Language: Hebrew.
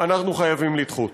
אנחנו חייבים לדחות.